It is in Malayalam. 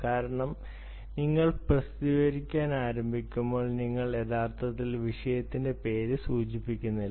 കാരണം നിങ്ങൾ പ്രസിദ്ധീകരിക്കാൻ ആരംഭിക്കുമ്പോൾ നിങ്ങൾ യഥാർത്ഥത്തിൽ വിഷയത്തിന്റെ പേര് സൂചിപ്പിക്കുന്നില്ല